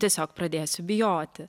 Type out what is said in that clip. tiesiog pradėsiu bijoti